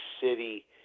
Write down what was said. City